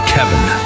Kevin